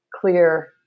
clear